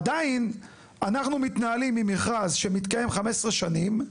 עדיין אנחנו מתנהלים עם מכרז שמתקיים 15 שנים.